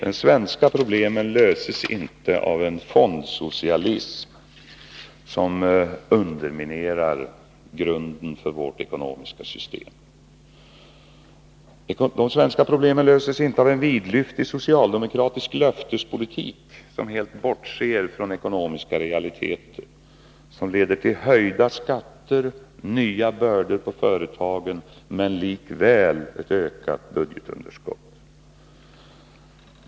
De svenska problemen löses inte av en fondsocialism som underminerar grunden för vårt ekonomiska system. De svenska problemen löses inte av en vidlyftig socialdemokratisk löftespolitik, som helt bortser från ekonomiska realiteter, leder till höjda skatter och nya bördor på företagen, men likväl medför ett ökat budgetunderskott.